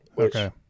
okay